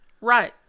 Right